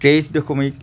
তেইছ দশমিক